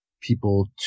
people